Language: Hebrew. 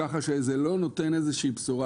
כך שזה לא נותן איזושהי בשורה,